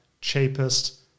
cheapest